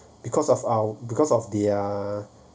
because of our because of their